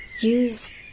Use